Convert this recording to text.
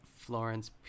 Florence